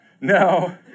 No